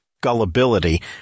gullibility